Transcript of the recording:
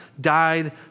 died